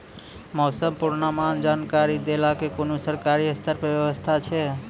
मौसम पूर्वानुमान जानकरी देवाक कुनू सरकारी स्तर पर व्यवस्था ऐछि?